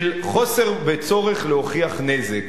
של חוסר בצורך להוכיח נזק,